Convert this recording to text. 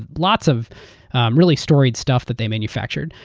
lots of really storied stuff that they manufactured.